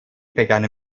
begann